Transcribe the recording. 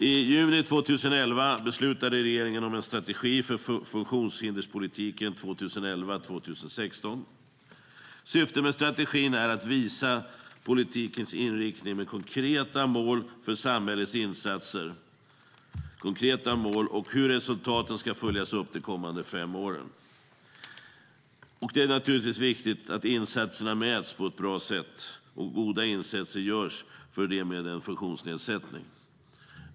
I juni 2011 beslutade regeringen om en strategi för funktionshinderspolitiken 2011-2016. Syftet med strategin är att visa politikens inriktning med konkreta mål för samhällets insatser och hur resultaten ska följas upp de kommande fem åren. Det är viktigt att insatserna mäts på ett bra sätt och att goda insatser görs för dem med en funktionsnedsättning.